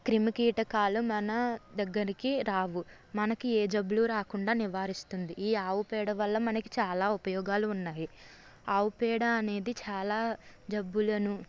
క్రిమికీటకాలు మన దగ్గరకు రావు మనకి ఏ జబ్బులు రావు రాకుండా నివారిస్తుంది ఈ ఆవు పేడ వల్ల మనకి చాలా ఉపయోగాలు ఉన్నాయి ఆవు పేడ అనేది చాలా జబ్బులను